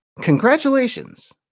Congratulations